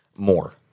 more